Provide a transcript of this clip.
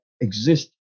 exist